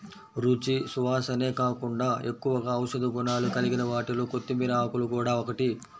రుచి, సువాసనే కాకుండా ఎక్కువగా ఔషధ గుణాలు కలిగిన వాటిలో కొత్తిమీర ఆకులు గూడా ఒకటి